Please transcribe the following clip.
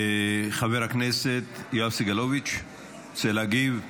חבר הכנסת יואב סגלוביץ, רוצה להגיב?